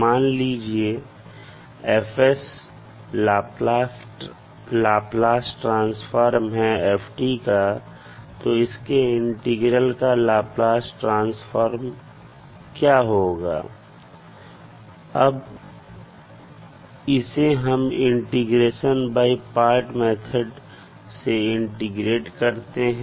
मान लीजिए कि F लाप्लास ट्रांसफॉर्म है f का तो इसके इंटीग्रल का लाप्लास ट्रांसफार्म होगा अब इसे हम इंटीग्रेशन बाई पार्ट मेथड से इंटीग्रेट करते हैं